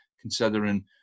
considering